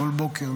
בכל בוקר,